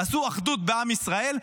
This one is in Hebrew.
תעשו אחדות בעם ישראל,